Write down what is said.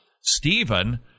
Stephen